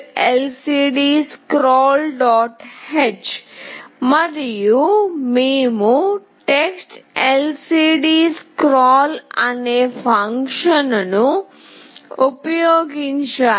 h మరియు మేము TextLCDScroll అనే ఫంక్షన్ను ఉపయోగించాలి